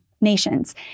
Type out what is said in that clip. nations